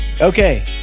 Okay